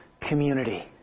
community